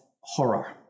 horror